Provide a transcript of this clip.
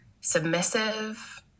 submissive